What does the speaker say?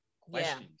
questions